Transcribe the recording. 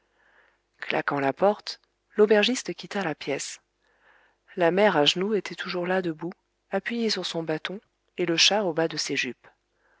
claquant la porte l'aubergiste quitta la pièce la mère agenoux était toujours là debout appuyée sur son bâton et le chat au bas de ses jupes